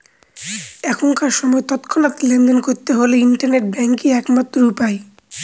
এখনকার সময় তৎক্ষণাৎ লেনদেন করতে হলে ইন্টারনেট ব্যাঙ্কই এক মাত্র উপায়